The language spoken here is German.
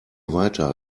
weiter